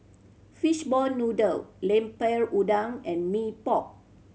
fish ball noodle Lemper Udang and Mee Pok